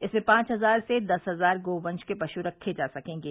इसमें पांच हजार से दस हजार गोवंश के पश रखे जा सकेंगे